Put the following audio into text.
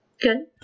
Good